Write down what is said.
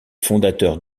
fondateurs